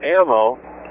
ammo